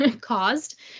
caused